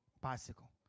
bicycle